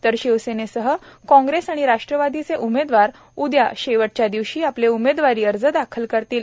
तर शिवसेनेसह काँग्रेस आणि राष्ट्रवादीचे उमेदवार उद्या शेवटच्या दिवशी आपले उमेदवारी अर्ज दाखल करतील